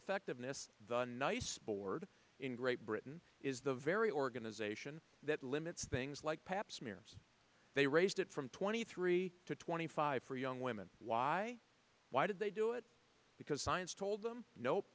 effectiveness the nice board in great britain is the very organization that limits things like pap smears they raised it from twenty three to twenty five for young women why why did they do it because science told them nope